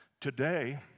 Today